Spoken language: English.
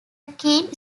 keen